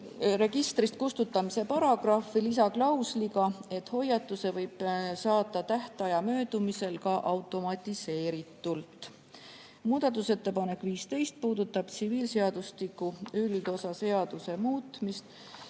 registrist kustutamise paragrahvi lisaklausliga, et hoiatuse võib saata tähtaja möödumisel ka automatiseeritult. Muudatusettepanek nr 15 puudutab tsiviilseadustiku üldosa seaduse muutmist,